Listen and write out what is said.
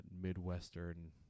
Midwestern